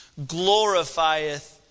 glorifieth